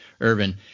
Irvin